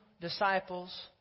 disciples